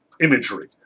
imagery